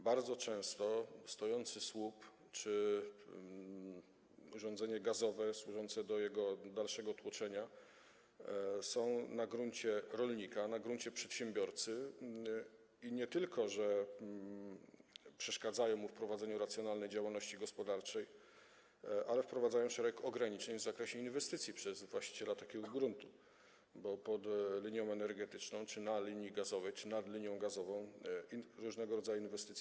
Bardzo często stojący słup czy urządzenie gazowe służące do dalszego tłoczenia gazu są na gruncie rolnika, na gruncie przedsiębiorcy i nie tylko przeszkadzają mu w prowadzeniu racjonalnej działalności gospodarczej, ale też wprowadzają szereg ograniczeń w zakresie inwestycji właściciela takiego gruntu, bo pod linią energetyczną, na linii gazowej czy nad linią gazową nie można realizować różnego rodzaju inwestycji.